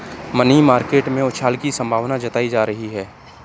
money market में उछाल की संभावना जताई जा रही है